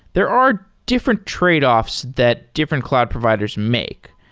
there are different trade-offs that different cloud providers make.